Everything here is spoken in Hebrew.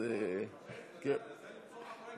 אז, כן, נכון.